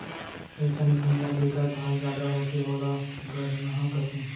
अइसन भुइयां जेकर ढाल जादा होथे ओला गरनहॉं कथें